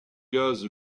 gaz